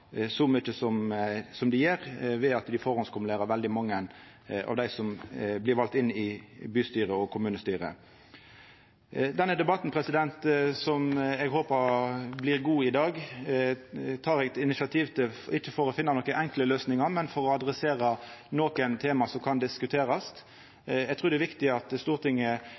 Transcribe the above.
så mykje som dei gjer, ved at dei førehandskumulerer veldig mange av dei som blir valde inn i bystyre og kommunestyre. Denne debatten i dag, som eg håpar blir god, tar eg eit initiativ til ikkje for å finna nokre enkle løysingar, men for å ta tak i nokre tema som kan bli diskuterte. Eg trur det er viktig at Stortinget,